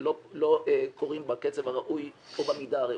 לא קורים בקצב הראוי או במידה הראויה.